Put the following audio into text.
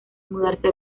mudarse